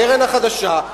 הקרן החדשה,